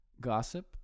Gossip